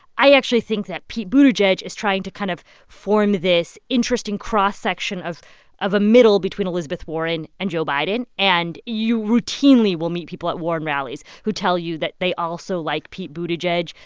i actually think that pete buttigieg is trying to kind of form this interesting cross section of of a middle between elizabeth warren and joe biden. and you routinely will meet people at warren rallies who tell you that they also like pete buttigieg.